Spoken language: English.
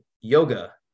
yoga